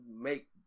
make